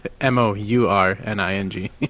M-O-U-R-N-I-N-G